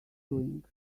doing